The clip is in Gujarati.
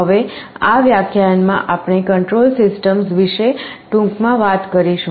હવે આ વ્યાખ્યાનમાં આપણે કંટ્રોલ સિસ્ટમ્સ વિશે ટૂંકમાં વાત કરીશું